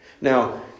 Now